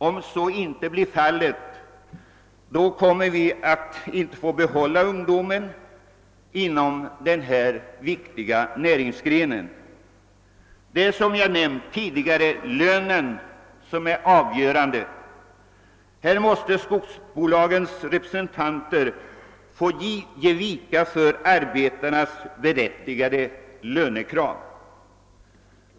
Om så inte blir fallet, kommer vi inte att få behålla ungdomen inom denna viktiga näringsgren. Det är, som jag nämnt tidigare, lönen som är avgörande. Här måste skogsbolagens intressen ge vika för arbetarnas berättigade lönekrav.